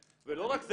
ולא רק זה,